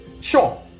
Sure